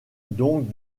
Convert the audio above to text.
donc